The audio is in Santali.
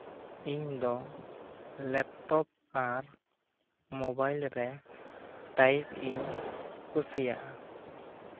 ᱤᱧ ᱫᱚ ᱞᱮᱯᱴᱚᱯ ᱟᱨ ᱢᱳᱵᱟᱭᱤᱞ ᱨᱮ ᱴᱟᱭᱤᱯ ᱤᱧ ᱠᱩᱥᱤᱭᱟᱜᱼᱟ